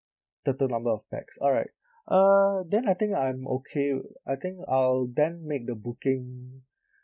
total number of pax alright uh then I think I'm okay I think I'll then make the booking